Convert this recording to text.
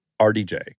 RDJ